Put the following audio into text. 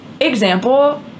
Example